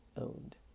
Owned